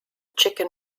chicken